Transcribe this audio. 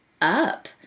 up